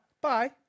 Bye